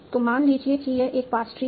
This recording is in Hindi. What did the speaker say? तो मान लीजिए कि यह एक पार्स ट्री है